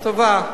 לטובה.